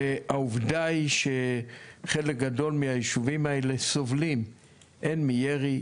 והעובדה היא שחלק גדול מהישובים האלה סובלים הן מירי,